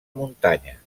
muntanyes